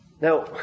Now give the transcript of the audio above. Now